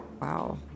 Wow